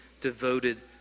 devoted